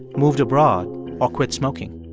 moved abroad or quit smoking?